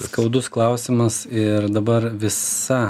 skaudus klausimas ir dabar visa